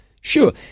sure